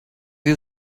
you